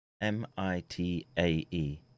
M-I-T-A-E